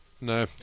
No